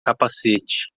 capacete